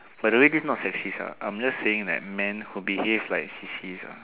by the way this is not sexist ah I'm just saying that the men who behave like sissies ah